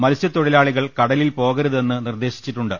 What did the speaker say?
മത്സ്യത്തൊ ഴിലാളികൾ കടലിൽ പോകരുതെന്ന് നിർദേശിച്ചിട്ടുണ്ട്